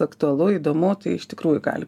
aktualu įdomu tai iš tikrųjų gali